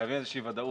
חייבים איזושהי ודאות.